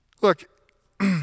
look